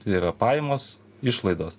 tai yra pajamos išlaidos